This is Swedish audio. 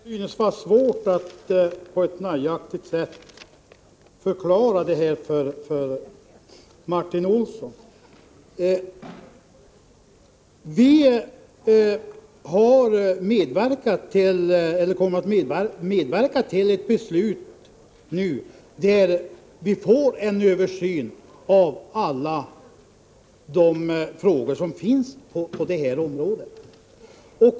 Herr talman! Det synes vara svårt att på ett nöjaktigt sätt förklara detta för Martin Olsson. Vi kommer nu att medverka till ett beslut som leder till att vi får en översyn av alla de frågor som finns på det här området.